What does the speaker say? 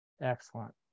Excellent